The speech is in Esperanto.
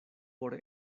por